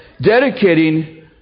dedicating